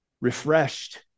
refreshed